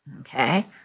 Okay